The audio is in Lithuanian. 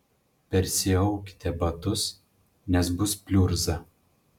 persiaukite batus nes bus pliurza